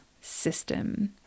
system